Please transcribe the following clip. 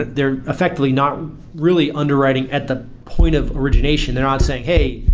they're effectively not really underwriting at the point of origination. they're not saying, hey,